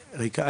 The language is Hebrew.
תודה רבה, ריקה.